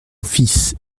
fils